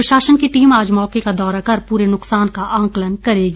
प्रशासन की टीम आज मौके का दौरा कर पूरे नुक्सान का आंकलन करेगी